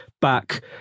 back